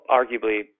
arguably